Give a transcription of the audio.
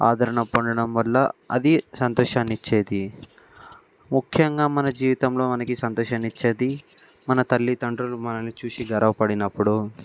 ఆదరణ పొందడం వల్ల అది సంతోషాన్నిచ్చేది ముఖ్యంగా మన జీవితంలో మనకి సంతోషాన్నిచ్చేది మన తల్లిదండ్రులు మనల్ని చూసి గర్వపడినప్పుడు